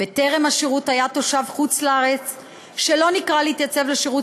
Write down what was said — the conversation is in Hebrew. בטרם השירות היה תושב חוץ-לארץ שלא נקרא להתייצב לשירות